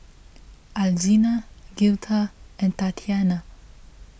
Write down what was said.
Alzina Girtha and Tatiana